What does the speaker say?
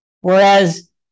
Whereas